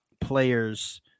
players